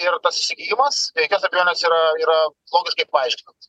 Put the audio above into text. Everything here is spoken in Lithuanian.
ir tas įsigijimas be jokios abejonės yra yra logiškai paaiškinamas